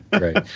Right